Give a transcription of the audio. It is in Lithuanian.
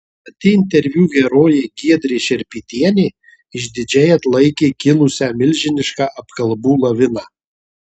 pati interviu herojė giedrė šerpytienė išdidžiai atlaikė kilusią milžinišką apkalbų laviną